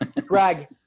Greg